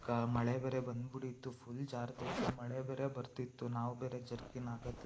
ಮಳೆ ಬೇರೆ ಬಂದ್ಬಿಟ್ಟಿತ್ತು ಫುಲ್ ಜಾರುತ್ತ ಐತೆ ಮಳೆ ಬೇರೆ ಬರ್ತಿತ್ತು ನಾವು ಬೇರೆ ಜರ್ಕಿನ್ ಹಾಕೋದು